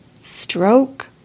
stroke